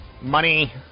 money